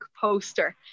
poster